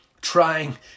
trying